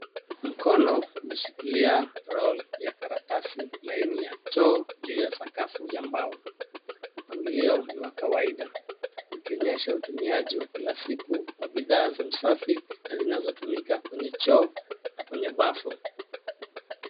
Mkono unashikilia roll ya karatasi laini ya choo juu ya sakafu ya mbao. Mpangilio ni wa kawaida ikionyesha utumiaji wa kila siku wa bidhaa za usafi na zinazotumika kwenye choo na kwenye bafu.